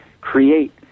create